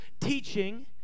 teaching